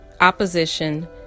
opposition